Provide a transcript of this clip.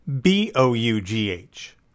B-O-U-G-H